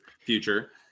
future